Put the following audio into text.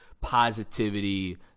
positivity